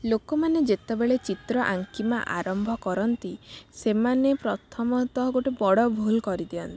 ଲୋକମାନେ ଯେତେବେଳେ ଚିତ୍ର ଆଙ୍କିବା ଆରମ୍ଭ କରନ୍ତି ସେମାନେ ପ୍ରଥମତଃ ଗୋଟେ ବଡ଼ ଭୁଲ କରି ଦିଅନ୍ତି